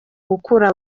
gukura